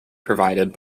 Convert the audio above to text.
provided